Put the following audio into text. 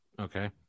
okay